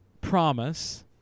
promise